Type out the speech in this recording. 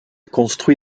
construit